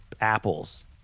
apples